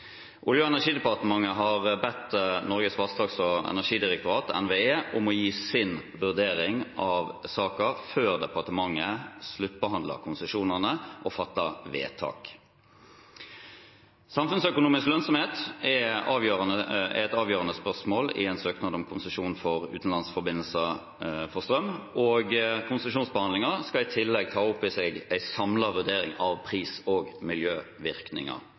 Olje- og energidepartementet har bedt Norges vassdrags- og energidirektorat, NVE, om å gi sin vurdering av saken før departementet sluttbehandler konsesjonene og fatter vedtak. Samfunnsøkonomisk lønnsomhet er et avgjørende spørsmål i en søknad om konsesjon for utenlandsforbindelser for strøm, og konsesjonsbehandlingen skal i tillegg ta opp i seg en samlet vurdering av pris og miljøvirkninger.